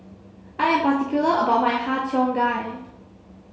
I am particular about my Har Cheong Gai